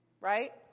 Right